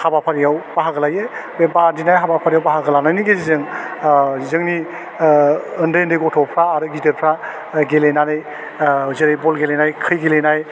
हाबाफारियाव बाहागो लायो बे बादिनाय हाबाफारियाव बाहागो लानायनि गेजेरजों जोंनि उन्दै उन्दै गथ'फ्रा आरो गिदिरफ्रा गेलेनानै जेरै बल गेलेनाय खै गेलेनाय